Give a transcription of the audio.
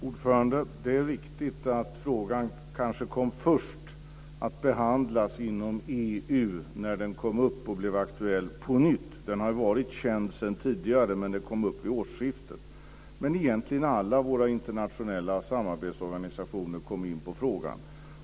Fru talman! Det är riktigt att frågan först kanske kom att behandlas inom EU när den togs upp och blev aktuell på nytt. Den har ju varit känd sedan tidigare, men den togs upp vid årsskiftet. Men egentligen kom alla våra internationella samarbetsorganisationer in på frågan.